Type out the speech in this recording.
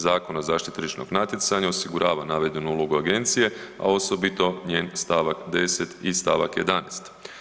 Zakona o zaštiti tržišnog natjecanja osigurava navedenu ulogu agencije a osobito njen stavak 10. i stavak 11.